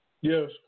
Yes